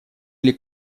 или